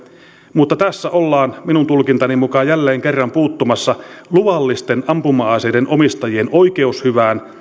mutta tässä ollaan minun tulkintani mukaan jälleen kerran puuttumassa luvallisten ampuma aseiden omistajien oikeushyvään